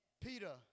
Peter